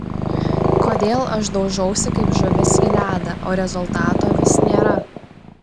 kodėl aš daužausi kaip žuvis į ledą o rezultato vis nėra